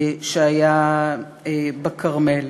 שהיה בכרמל.